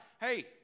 Hey